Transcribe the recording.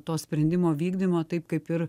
to sprendimo vykdymo taip kaip ir